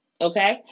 okay